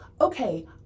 okay